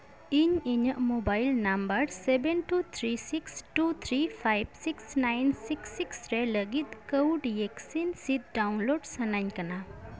ᱤᱧ ᱤᱧᱟᱹᱜ mobile number ᱮᱭᱟᱭ ᱵᱟᱨ ᱯᱮ ᱛᱩᱨᱩᱭ ᱵᱟᱨ ᱯᱮ ᱢᱚᱲᱮ ᱛᱩᱨᱩᱭ ᱭᱟᱭ ᱟᱨᱮ ᱛᱩᱨᱩᱭ ᱛᱩᱨᱩᱭ ᱨᱮ ᱞᱟᱹᱜᱤᱫ ᱠᱟᱹᱣᱰᱤ ᱭᱮᱠᱥᱤᱱ ᱥᱤᱫ ᱰᱟᱣᱩᱱᱞᱳᱰ ᱥᱟᱱᱟᱧ ᱠᱟᱱᱟ